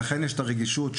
כן יש את הרגישות,